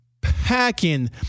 packing